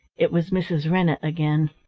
it was mrs. rennett again.